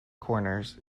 corners